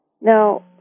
Now